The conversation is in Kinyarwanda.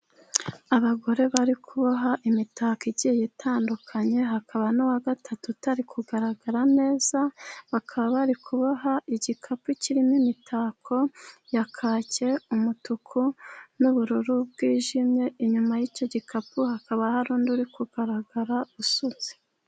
Abagore bari kuboha imitako igiye itandukanye, hakaba n'uwa gatatu utari kugaragara neza. Bakaba bari kuboha igikapu kirimo imitako ya kaki, umutuku n'ubururu bwijimye. Inyuma y'icyo gikapu hakaba hari undi uri kugaragara usutse.